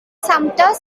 sumter